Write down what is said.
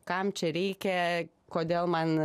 kam čia reikia kodėl man